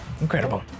incredible